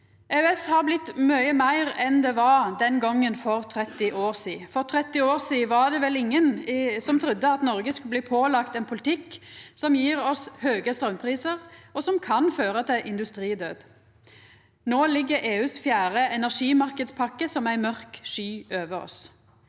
EØS har blitt mykje meir enn det var den gongen for 30 år sidan. For 30 år sidan var det vel ingen som trudde at Noreg skulle bli pålagt ein politikk som gjev oss høge straumprisar og kan føra til industridød. No ligg EUs fjerde energimarknadspakke som ei mørk sky over oss.